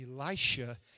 Elisha